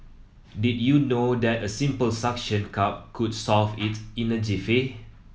did you know that a simple suction cup could solve it in a jiffy